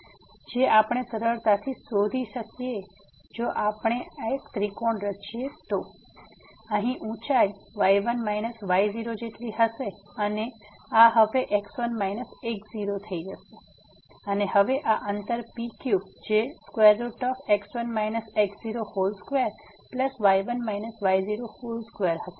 તેથી જે આપણે સરળતાથી શોધી શકીએ કે જો આપણે આ ત્રિકોણ રચીએ છે તો અહીં આ ઉંચાઈ y1 y0 જેવી હશે અને આ હવે x1 x0 થઈ જશે અને હવે આ અંતર P Q જે x1 x02y1 y02 હશે